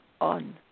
on